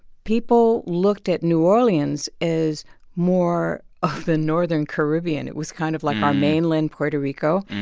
people looked at new orleans as more of the northern caribbean. it was kind of like our mainland puerto rico.